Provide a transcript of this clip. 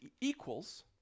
equals